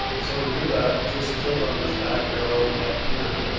so to do that, just click um this back arrow up here,